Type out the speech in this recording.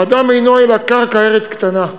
"האדם אינו אלא קרקע ארץ קטנה /